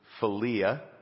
philia